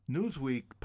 Newsweek